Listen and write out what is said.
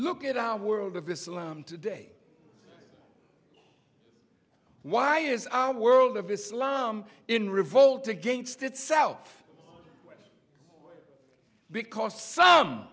look at our world of islam today why is our world of islam in revolt against itself because